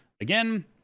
again